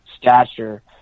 stature